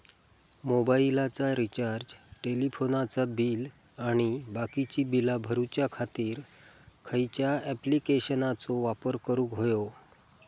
मोबाईलाचा रिचार्ज टेलिफोनाचा बिल आणि बाकीची बिला भरूच्या खातीर खयच्या ॲप्लिकेशनाचो वापर करूक होयो?